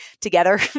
together